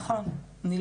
נכון.